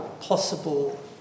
possible